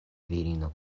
virino